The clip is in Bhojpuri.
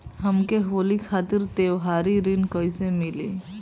हमके होली खातिर त्योहारी ऋण कइसे मीली?